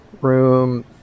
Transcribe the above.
room